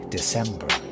December